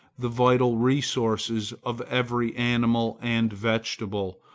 the vital resources of every animal and vegetable,